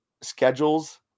schedules